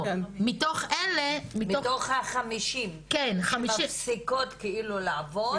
מתוך ה-50% שמפסיקות לעבוד,